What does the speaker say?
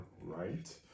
right